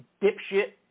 dipshit